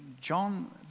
John